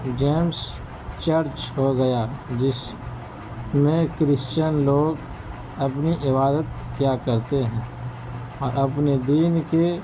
James church ہو گیا جس میں کرسچن لوگ اپنی عبادت کیا کرتے ہیں اور اپنے دین کے